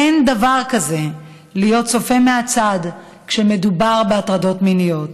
אין דבר כזה להיות צופה מהצד כשמדובר בהטרדות מיניות.